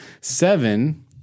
Seven